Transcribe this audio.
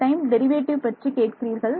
time derivative பற்றி கேட்கிறீர்கள்